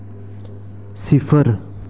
सिफर